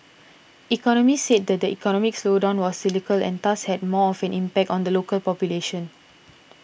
economists said the economic slowdown was cyclical and thus had more of an impact on the local population